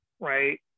Right